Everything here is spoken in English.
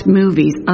movies